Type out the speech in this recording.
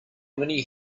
many